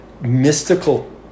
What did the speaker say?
mystical